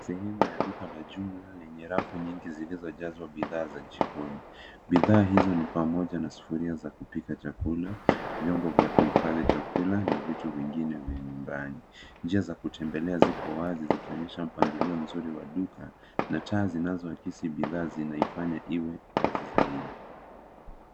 Sehemu ya duka la jumla lenye rafu nyingi, zilizojazwa bidhaa za jikoni. Bidhaa hizo ni pamoja na sufuria za kupika chakula, vyombo vya kuhifadhi chakula, na vitu vingine vya nyumbani. Njia za kutembelea ziko wazi, zikionyesha mpangilio mzuri wa duka, na taa zinazoakisi bidhaa zinaifanya iwe wazi zaidi.